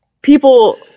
people